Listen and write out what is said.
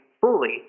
fully